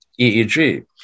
EEG